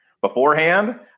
beforehand